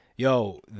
Yo